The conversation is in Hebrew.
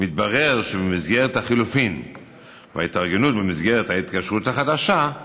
מתברר שבמסגרת החילופים וההתארגנות להתקשרות החדשה,